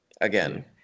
again